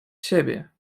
siebie